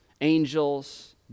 angels